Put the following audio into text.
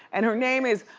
and her name is